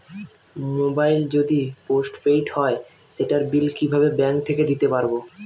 Mobile যদি postpaid হয় সেটার বিল কিভাবে ব্যাংক থেকে দিতে পারব?